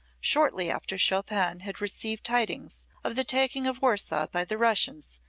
shortly after chopin had received tidings of the taking of warsaw by the russians,